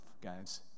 guys